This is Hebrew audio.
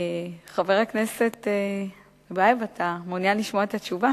חבר הכנסת טיבייב, אתה מעוניין לשמוע את התשובה?